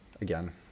again